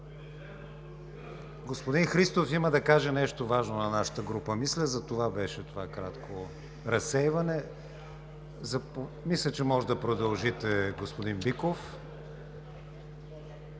Господин Христов, мисля, има да каже нещо важно на нашата група – затова беше това кратко разсейване. Може да продължите, господин Биков.